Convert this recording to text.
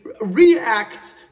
react